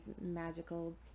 magical